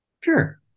Sure